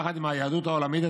יחד עם היהדות העולמית,